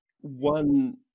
one